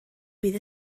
bydd